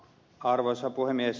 arvoisa puhemies